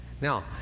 now